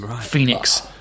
Phoenix